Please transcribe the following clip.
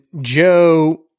Joe